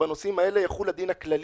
שבנושאים האלה יחול הדין הכללי.